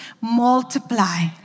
multiply